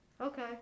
okay